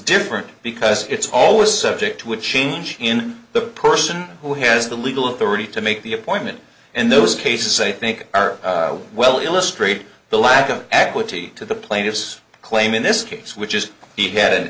different because it's always subject to a change in the person who has the legal authority to make the appointment and those cases i think are well illustrate the lack of at witty to the plaintiff's claim in this case which is he had a